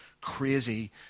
crazy